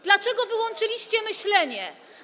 Dlaczego wyłączyliście myślenie?